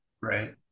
Right